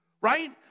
Right